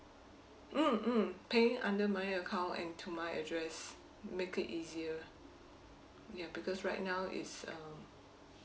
mm mm paying under my account and to my address make it easier ya because right now is um